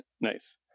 Nice